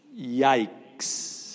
Yikes